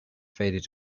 faded